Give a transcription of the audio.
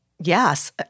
Yes